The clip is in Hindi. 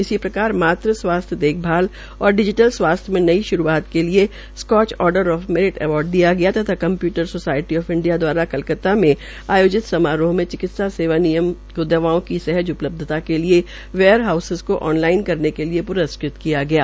इसी प्रकार मातृ स्वासथ्य देखभाल और डिजीटल स्वासथ्य में नई शुरूआत के लिए Skoch order of merit award दिया गया तथा कम्प्यूटर सोसायटी ऑफ इंडिया द्वारा कलकता में आयोजित समारोह के चिकित्सा सेवा निगम को दवाओं की सहज उपलब्धता के लिए वेयर हाउसेस को उपलब्ध करने के लिए प्रस्कृत कियागया